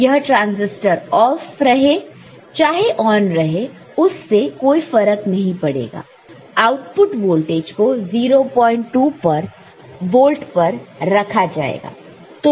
तो यह transistor off रहे चाहे ऑन रहे उससे कोई फर्क नहीं पड़ेगा आउटपुट वोल्टेज को 02 वोल्ट पर रखा जाएगा